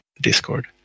Discord